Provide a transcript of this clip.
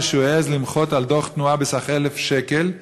שהוא העז למחות על דוח תנועה בסך 1,000 שקל.